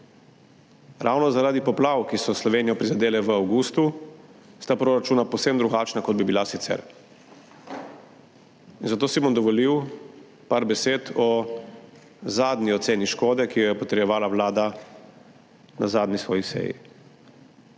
Ravno zaradi poplav, ki so Slovenijo prizadele v avgustu, sta proračuna povsem drugačna, kot bi bila sicer in zato si bom dovolil par besed o zadnji oceni škode, ki jo je potrjevala Vlada na svoji zadnji seji.